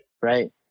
Right